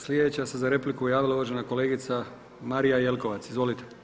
Sljedeća se za repliku javila uvažena kolegica Marija Jelkovac, izvolite.